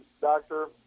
Doctor